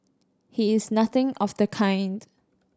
he is nothing of the kind